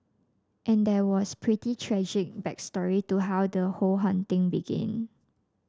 and there was pretty tragic back story to how the whole haunting begin